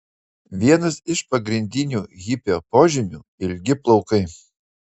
vienas iš pagrindinių hipio požymių ilgi plaukai